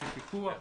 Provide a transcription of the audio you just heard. יישובי פיתוח,